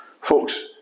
Folks